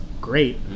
great